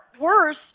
worse